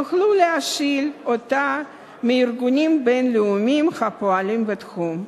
הם יכלו לשאול אותה מארגונים בין-לאומיים הפועלים בתחום.